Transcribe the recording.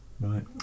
right